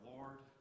Lord